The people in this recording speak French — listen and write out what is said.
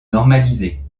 normalisée